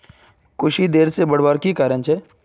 कुशी देर से बढ़वार की कारण छे?